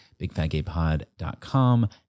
bigfatgaypod.com